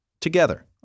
together